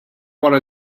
wara